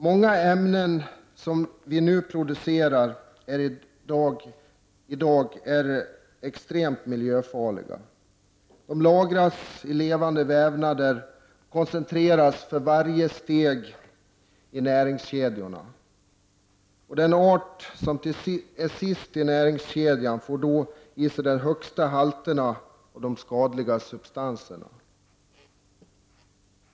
Många ämnen som vi producerar i dag är extremt miljöfarliga. De lagras i levande vävnader och koncentreras för varje steg i näringskedjorna. Den art som är sist i näringskedjan får då i sig de högsta halterna av de skadliga substanserna.